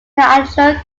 additional